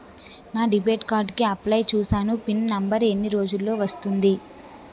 నా debit card కి apply చూసాను పిన్ నంబర్ ఎన్ని రోజుల్లో వస్తుంది?